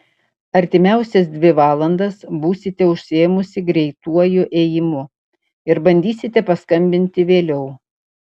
artimiausias dvi valandas būsite užsiėmusi greituoju ėjimu ir bandysite paskambinti vėliau